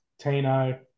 Tino